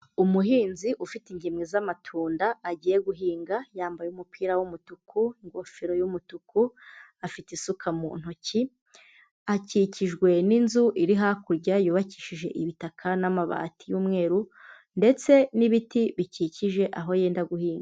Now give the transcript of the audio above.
Umuhinzi ufite ingemwe z'amatunda agiye guhinga, yambaye umupira w'umutuku, ingofero y'umutuku afite isuka mu ntoki, akikijwe n'inzu iri hakurya yubakishije ibitaka n'amabati y'umweru ndetse n'ibiti bikikije aho yenda guhinga.